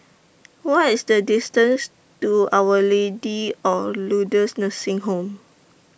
What IS The distance to Our Lady of Lourdes Nursing Home